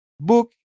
book